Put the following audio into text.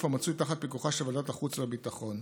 שנתון תחת פיקוחה של ועדת החוץ והביטחון,